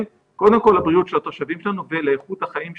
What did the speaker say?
לבריאות התושבים שלנו ואיכות החיים שלהם,